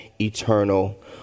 eternal